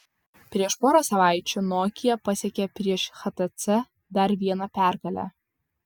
prieš porą savaičių nokia pasiekė prieš htc dar vieną pergalę